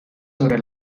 sobre